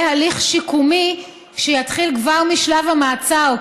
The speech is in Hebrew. והליך שיקומי שיתחיל כבר משלב המעצר.